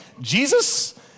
Jesus